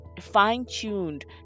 fine-tuned